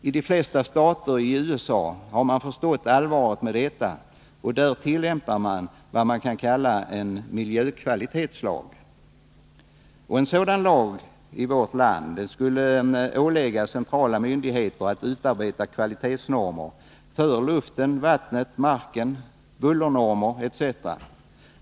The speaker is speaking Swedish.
I de flesta stater i USA har man förstått allvaret i detta, och där tillämpar man vad som kallas en miljökvalitetslag. En sådan lag skulle i vårt land ålägga centrala myndigheter att utarbeta kvalitetsnormer för luften, vattnet, marken, bullernormer etc.